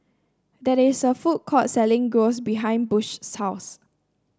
that is a food court selling Gyros behind Bush's house